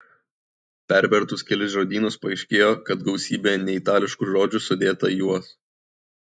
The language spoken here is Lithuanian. pervertus kelis žodynus paaiškėjo kad gausybė neitališkų žodžių sudėta į juos